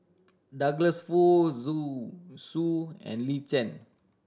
Douglas Foo Zu Su and Lin Chen